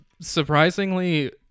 surprisingly